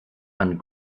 and